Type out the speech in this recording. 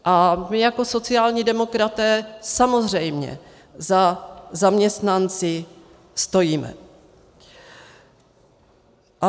A my jako sociální demokraté samozřejmě za zaměstnanci stojíme.